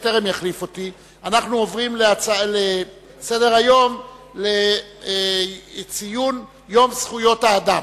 אנחנו עוברים להצעות לסדר-היום: ציון יום זכויות האדם,